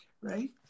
Right